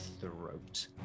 throat